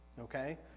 Okay